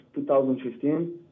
2015